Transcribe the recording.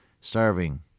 starving